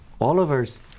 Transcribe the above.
Oliver's